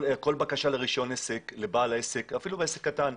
כל בקשה לרישיון עסק, לבעל העסק, אפילו עסק קטן,